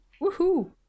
Woohoo